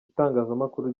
itangazamakuru